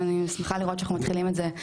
ואני שמחה לראות שאנחנו מתחילים את זה כבר עכשיו.